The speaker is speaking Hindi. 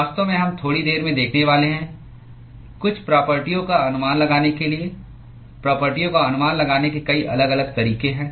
वास्तव में हम थोड़ी देर में देखने वाले हैं कुछ प्रापर्टीयों का अनुमान लगाने के लिए प्रापर्टीयों का अनुमान लगाने के कई अलग अलग तरीके हैं